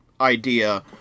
idea